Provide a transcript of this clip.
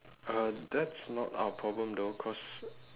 uh that's not our problem though cause